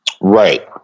Right